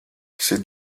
she